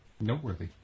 noteworthy